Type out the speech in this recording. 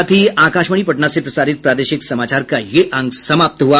इसके साथ ही आकाशवाणी पटना से प्रसारित प्रादेशिक समाचार का ये अंक समाप्त हुआ